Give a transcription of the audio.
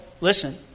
Listen